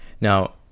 now